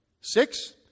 Six